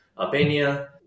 Albania